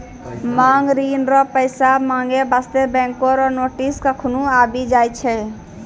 मांग ऋण रो पैसा माँगै बास्ते बैंको रो नोटिस कखनु आबि जाय छै